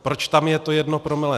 Proč tam je to jedno promile.